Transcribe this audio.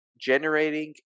generating